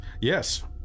Yes